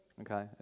Okay